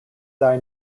thy